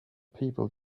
people